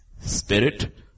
spirit